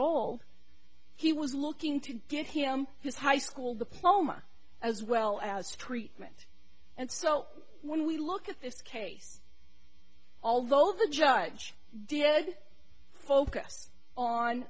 old he was looking to get his high school diploma as well as treatment and so when we look at this case although the judge did focus on